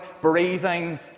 breathing